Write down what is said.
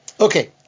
Okay